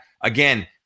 again